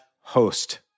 host